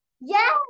Yes